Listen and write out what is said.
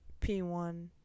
P1